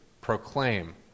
Proclaim